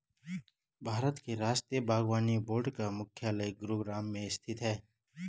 भारत के राष्ट्रीय बागवानी बोर्ड का मुख्यालय गुरुग्राम में स्थित है